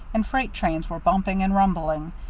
and freight trains were bumping and rumbling,